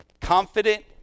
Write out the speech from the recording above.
Confident